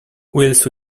whilst